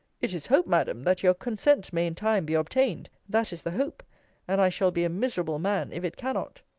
it is hoped, madam, that your consent may in time be obtained that is the hope and i shall be a miserable man if it cannot.